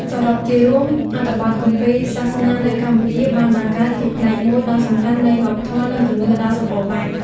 សរុបជារួម អត្ថបទគម្ពីរសាសនានៅកម្ពុជាបានបង្កើតជាផ្នែកមួយដ៏សំខាន់នៃវប្បធម៌ និងជំនឿដ៏សម្បូរបែប។